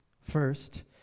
First